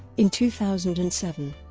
in two thousand and seven,